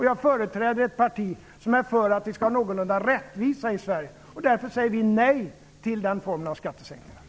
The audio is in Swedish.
Jag företräder ett parti som är för någorlunda stor rättvisa i Sverige och som säger nej till den formen av skattesänkningar.